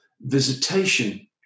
visitation